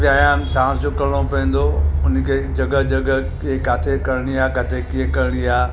व्यायाम सांस जो करिणो पवंदो उन खे जॻहि जॻहि ते काथे करिणी आहे काथे कीअं करिणी आहे